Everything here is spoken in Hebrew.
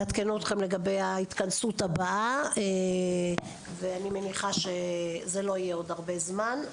נעדכן אתכם לגבי ההתכנסות הבאה ואני מניחה שזה לא יהיה עוד הרבה זמן.